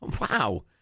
Wow